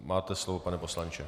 Máte slovo, pane poslanče.